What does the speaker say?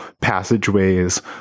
passageways